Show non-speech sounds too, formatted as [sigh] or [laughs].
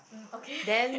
um okay [laughs]